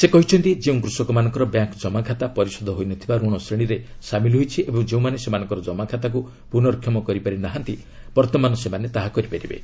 ସେ କହିଛନ୍ତି ଯେଉଁ କୃଷକମାନଙ୍କର ବ୍ୟାଙ୍କ ଜମାଖାତା ପରିଶୋଧ ହୋଇନଥିବା ଋଣ ଶ୍ରେଣୀରେ ସାମିଲ ହୋଇଛି ଏବଂ ଯେଉଁମାନେ ସେମାନଙ୍କର ଜମାଖାତାକୁ ପୂର୍ନକ୍ଷମ କରିପାରିନାହାନ୍ତି ବର୍ତ୍ତମାନ ସେମାନେ ତାହା କରିପାରିବେ